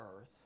earth